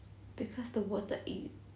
because the water it